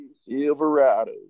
Silverado